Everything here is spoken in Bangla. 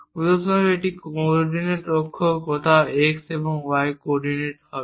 উদাহরণস্বরূপ এটি কোঅডিনেট অক্ষ কোথাও x এবং h কোঅডিনেট হবে